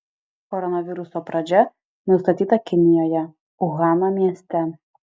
koronaviruso pradžia nustatyta kinijoje uhano mieste